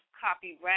Copyright